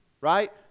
Right